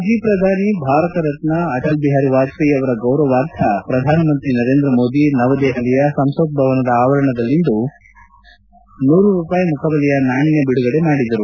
ಮಾಜಿ ಪ್ರಧಾನಿ ಭಾರತ ರತ್ನ ಅಟಲ್ ಬಿಹಾರಿ ವಾಜಪೇಯಿ ಅವರ ಗೌರವಾರ್ಥ ಪ್ರಧಾನಮಂತ್ರಿ ನರೇಂದ್ರ ಮೋದಿ ನವ ದೆಹಲಿಯ ಸಂಸತ್ ಭವನದ ಆವರಣದಲ್ಲಿಂದು ಸ್ನರಣಾರ್ಥ ನಾಣ್ಯ ಬಿಡುಗಡೆ ಮಾಡಿದರು